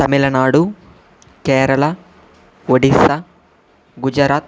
Tamil Nadu Kerala Odisha Gujarat